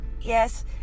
yes